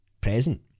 present